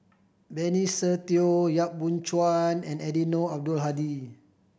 Benny Se Teo Yap Boon Chuan and Eddino Abdul Hadi